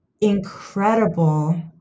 incredible